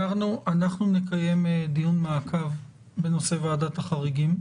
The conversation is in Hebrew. אמרנו נקיים דיון מעקב בנושא ועדת החריגים.